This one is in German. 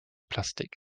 plastik